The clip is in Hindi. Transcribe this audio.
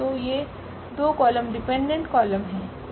तो ये दो कॉलम डिपेंडेंट कॉलम हैं